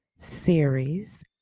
series